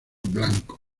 blanco